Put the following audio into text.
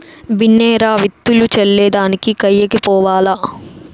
బిన్నే రా, విత్తులు చల్లే దానికి కయ్యకి పోవాల్ల